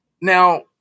Now